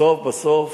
בסוף בסוף,